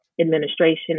administration